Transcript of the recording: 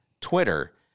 Twitter